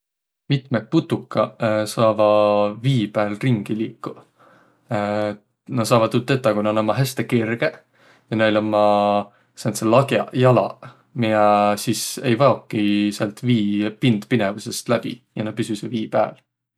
Mitmõq putukaq saavaq vii pääl ringi liikuq. Nä saavaq tuud tetäq, kuna nä ommaq häste kergeq ja näil ommaq sääntseq lagjaq jalaq, miä ei vaoki säält vii pindpinevusõst läbi. Ja nä püsüseq vii pääl.